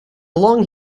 long